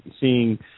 seeing